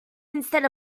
instead